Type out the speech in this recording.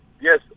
Yes